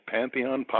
Pantheon